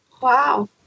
Wow